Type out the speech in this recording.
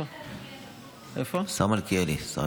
השר מלכיאלי.